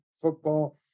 football